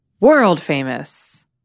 world-famous